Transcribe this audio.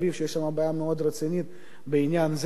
שיש שם בעיה מאוד רצינית בעניין זה.